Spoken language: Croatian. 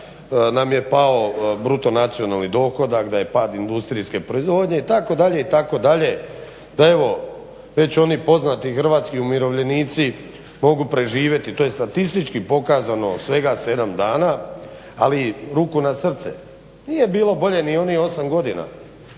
nam je pao bruto nacionalni dohodak, da je pad industrijske proizvodnje itd. itd. Da evo, već oni poznati hrvatski umirovljenici mogu preživjeti. To je statistički pokazano svega 7 dana, ali ruku na srce nije bilo bolje ni onih 8 godina